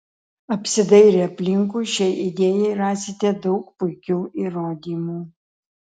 apsidairę aplinkui šiai idėjai rasite daug puikių įrodymų